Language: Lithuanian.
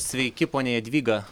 sveiki ponia jadvyga